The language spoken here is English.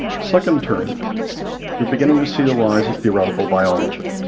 second turn you're beginning to see the rise of theoretical biology.